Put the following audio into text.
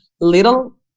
little